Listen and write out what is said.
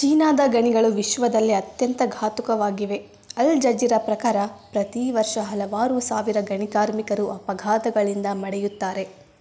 ಚೀನಾದ ಗಣಿಗಳು ವಿಶ್ವದಲ್ಲೇ ಅತ್ಯಂತ ಘಾತುಕವಾಗಿವೆ ಅಲ್ ಜಜೀರಾ ಪ್ರಕಾರ ಪ್ರತಿ ವರ್ಷ ಹಲವಾರು ಸಾವಿರ ಗಣಿ ಕಾರ್ಮಿಕರು ಅಪಘಾತಗಳಿಂದ ಮಡಿಯುತ್ತಾರೆ